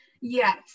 Yes